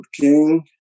King